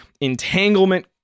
entanglement